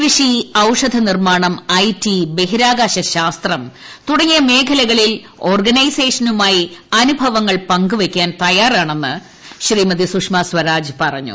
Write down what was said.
കൃഷി ഔഷധ നിർമാണം ഐ ടി ബഹിരാകാശ ശാസ്ത്രം തുടങ്ങിയ മേഖലകളിൽ ഓർഗനൈസേഷനുമായി അനുഭവങ്ങൾ പങ്കുവെയ്ക്കാൻ തയ്യാറാണെന്ന് സുഷമ സ്വരാജ് പറഞ്ഞു